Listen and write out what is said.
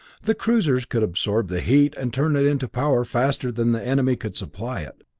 the cruisers could absorb the heat and turn it into power faster than the enemy could supply it.